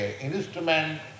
instrument